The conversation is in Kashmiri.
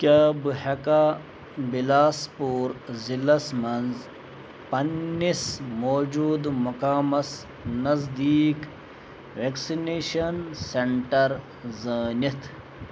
کیٛاہ بہٕ ہٮ۪کا بِلاسپوٗر ضِلعس مَنٛز پنٛنِس موجوٗدٕ مقامس نزدیٖک وٮ۪کسِنیشَن سٮ۪نٛٹَر زٲنِتھ